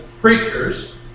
preachers